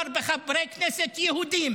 ואתה לא הפעלת את התקנון כי מדובר בחברי כנסת יהודים,